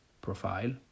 profile